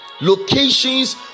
locations